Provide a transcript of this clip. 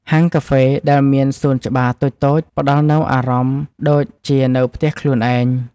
ហាងកាហ្វេដែលមានសួនច្បារតូចៗ ផ្តល់នូវអារម្មណ៍ដូចជានៅផ្ទះខ្លួនឯង។